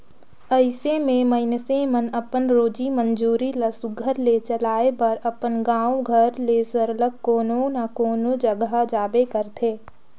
अइसे में मइनसे मन अपन रोजी मंजूरी ल सुग्घर ले चलाए बर अपन गाँव घर ले सरलग कोनो न कोनो जगहा जाबे करथे